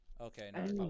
Okay